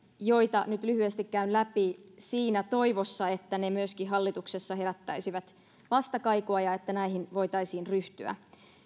joita nyt lyhyesti käyn läpi siinä toivossa että ne myöskin hallituksessa herättäisivät vastakaikua ja että näihin voitaisiin ryhtyä